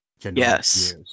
Yes